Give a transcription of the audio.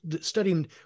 studying